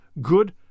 good